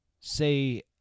say